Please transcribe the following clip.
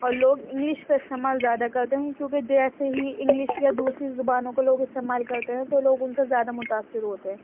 اور لوگ اِنگلش کا استعمال زیادہ کرتے ہیں کیونکہ جیسے ہی اِنگلش یا دوسری زبانوں کو لوگ استعمال کرتے ہیں تو لوگ اُن سے زیادہ متاثر ہوتے ہیں